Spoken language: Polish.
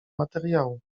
materiału